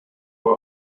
were